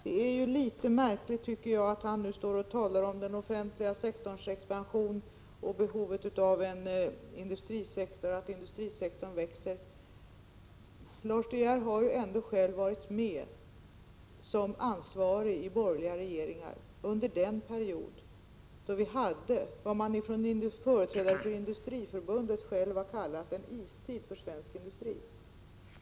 Det är nämligen märkligt att han nu står och talar om den offentliga sektorns expansion och behovet av att industrisektorn växer. Lars De Geer har ju själv varit med som ansvarig i borgerliga regeringar under den period då vi hade vad man från företrädare från Industriförbundet har kallat för en istid för svensk industri.